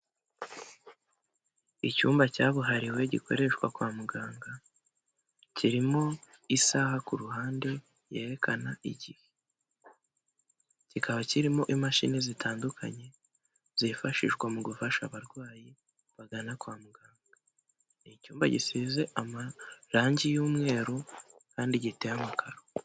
Icyumba cyabuhariwe gikoreshwa kwa muganga, kirimo isaha ku ruhande yerekana igihe, kikaba kirimo imashini zitandukanye zifashishwa mu gufasha abarwayi bagana kwa muganga, ni icyumba gisize amarange y'umweru kandi giteye amakaro.